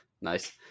Nice